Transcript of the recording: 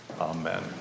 Amen